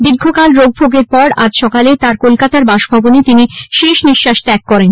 দীর্ঘকাল রোগভোগের পর আজ সকালে তাঁর কলকাতার বাসভবনে তিনি শেষ নিঃশ্বাস ত্যাগ করেন